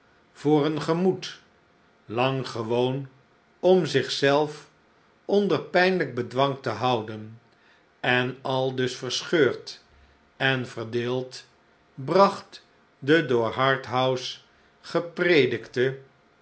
voor een gemoed lang gewoon om zichzelf onder pijnlijk bedwang te houden en aldus verscheurden verdeeld bracht de door harthouse